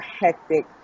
hectic